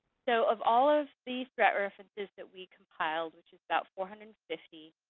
so of all of these threat references that we compiled, which is about four hundred and fifty,